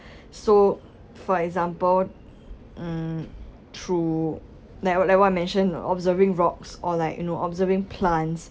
so for example mm through like what like I mentioned observing rocks or like you know observing plants